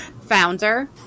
founder